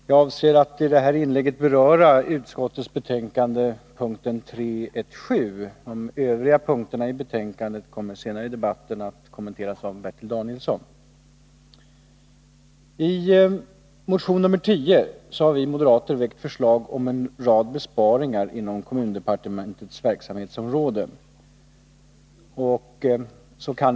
Herr talman! Jag avser att i det här inlägget beröra punkten 3.1.7 i utskottets betänkande. De övriga punkterna i betänkandet kommer senare i debatten att kommenteras av Bertil Danielsson. I motion nr 10 har vi moderater väckt förslag om en rad besparingar inom kommundepartementets verksamhetsområde.